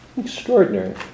Extraordinary